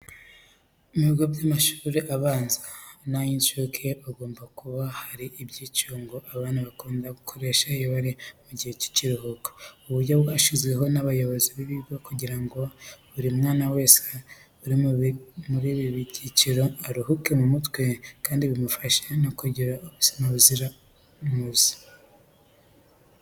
Mu bigo by'amashuri abanza n'ay'inshuke hagomba kuba hari ibyicungo abana bakunda gukoresha iyo bari mu gihe cy'ikiruhuko. Ubu buryo bwashyizweho n'abayobozi b'ibigo kugira ngo buri mwana wese uri muri ibi byiciro, aruhuke mu mutwe kandi bimufashe no kugira ubuzima buzira umuze.